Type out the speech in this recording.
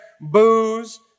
booze